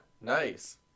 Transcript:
nice